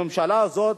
הממשלה הזאת,